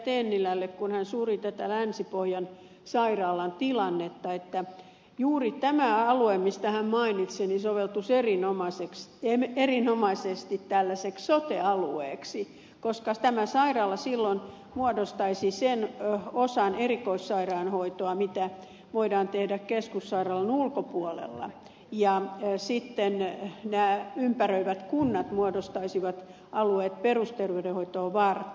tennilälle kun hän suri tätä länsi pohjan sairaalan tilannetta että juuri tämä alue minkä hän mainitsi soveltuisi erinomaisesti tällaiseksi sote alueeksi koska tämä sairaala silloin muodostaisi sen osan erikoissairaanhoitoa mitä voidaan tehdä keskussairaalan ulkopuolella ja sitten nämä ympäröivät kunnat muodostaisivat alueet perusterveydenhoitoa varten